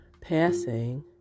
passing